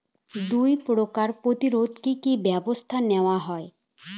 দুয়ে পোকার প্রতিরোধে কি কি ব্যাবস্থা নেওয়া হয়?